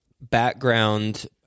background